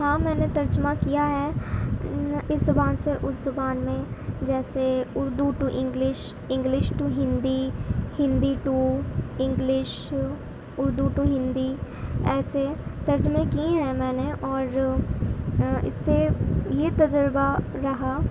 ہاں میں نے ترجمہ کیا ہے اس زبان سے اس زبان میں جیسے Urdu to English English to Hindi Hindi to English Urdu to Hindi ایسے ترجمے کیے ہیں میں نے اور اس سے یہ تجربہ رہا